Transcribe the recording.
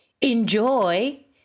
enjoy